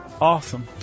Awesome